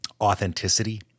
authenticity